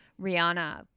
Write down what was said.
Rihanna